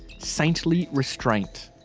saintly restraint.